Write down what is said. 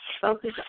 Focus